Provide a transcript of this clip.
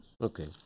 Okay